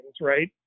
right